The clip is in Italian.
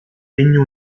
regno